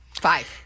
Five